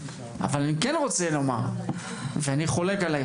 אבל אני כן רוצה לומר ואני חולק עלייך,